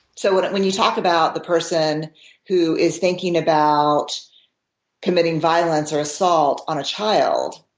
so when you talk about the person who is thinking about committing violence or assault on a child,